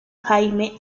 jaime